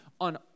on